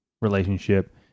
relationship